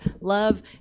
love